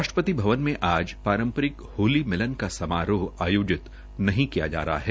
राष्ट्रपति भवन में आज पारंपरिक होली मिलन समारोह आयोजित नहीें किया जा रह है